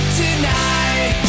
tonight